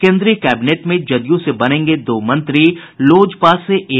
केन्द्रीय कैबिनेट में जदयू से बनेंगे दो मंत्री लोजपा से एक